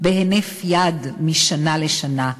בהינף יד משנה לשנה.